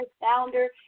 founder